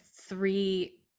three